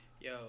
Yo